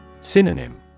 Synonym